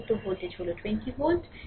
প্রদত্ত ভোল্টেজ হলো 20 ভোল্ট